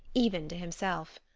even to himself.